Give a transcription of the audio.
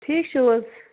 ٹھیٖک چھُو حظ